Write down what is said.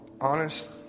honest